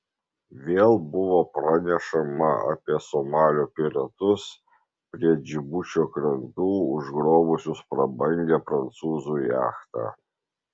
vėl buvo pranešama apie somalio piratus prie džibučio krantų užgrobusius prabangią prancūzų jachtą